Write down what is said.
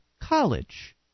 college